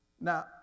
Now